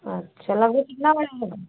अच्छा लगभग कितना टाइम लगेगा